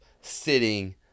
sitting